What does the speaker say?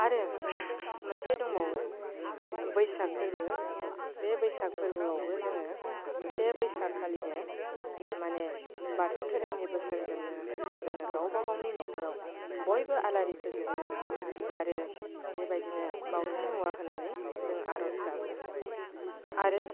आरो मोनसे दंबावो बैसागु फोरबो बे बैसागु फोरबोआवबो जोङो से बैसागखालिनो माने बाथौ धोरोमनि बोसोनजोंनो जोङो गावबागावनि न'खराव बयबो आलारि फोजोङो आरो बेबायदिनो बावथाय मुवा होनानै जों आरज गाबो आरो